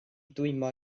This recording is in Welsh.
dwymo